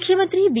ಮುಖ್ಯಮಂತ್ರಿ ಬಿ